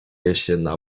jesienna